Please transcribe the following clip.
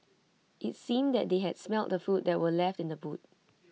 IT seemed that they had smelt the food that were left in the boot